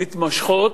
מתמשכות,